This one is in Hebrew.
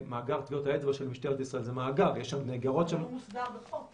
אז יש מספר גורמי פיקוח